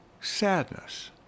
sadness